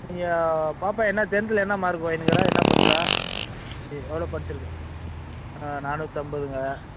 நீங்கள் பாப்பா என்ன டென்த்தில் என்ன மார்க்கு வாங்கணுக்குருக்குறா என்ன பண்ணுறா இது எவ்வளோ படிச்சுருக்கு ஆ நானூற்றம்பதுங்க